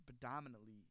predominantly